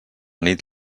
nit